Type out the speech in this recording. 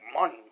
money